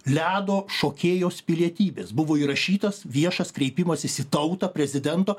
ledo šokėjos pilietybės buvo įrašytas viešas kreipimasis į tautą prezidento